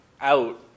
out